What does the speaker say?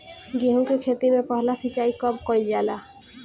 गेहू के खेती मे पहला सिंचाई कब कईल जाला?